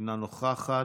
אינה נוכחת,